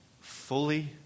fully